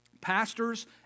pastors